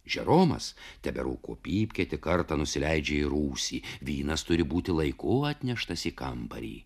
džeromas teberūko pypkę tik kartą nusileidžia į rūsį vynas turi būti laiku atneštas į kambarį